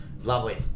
Lovely